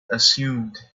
assumed